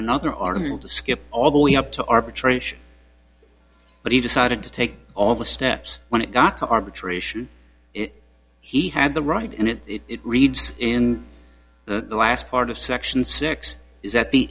another arm to skip all the way up to arbitration but he decided to take all the steps when it got to arbitration it he had the right in it it reads in the last part of section six is that the